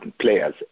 players